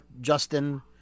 Justin